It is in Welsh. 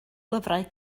lyfrau